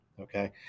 Okay